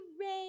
rain